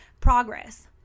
progress